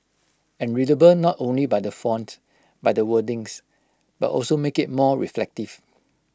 and readable not only by the font by the wordings but also make IT more reflective